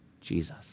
Jesus